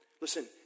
Listen